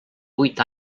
vuit